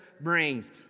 brings